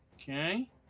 Okay